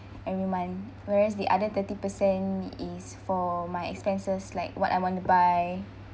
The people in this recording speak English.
every month whereas the other thirty percent is for my expenses like what I want to buy